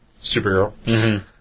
Supergirl